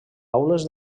aules